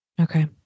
Okay